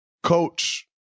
Coach